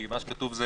כי מה שכתוב זה